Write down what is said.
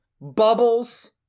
Bubbles